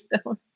stone